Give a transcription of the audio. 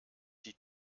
die